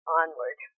onward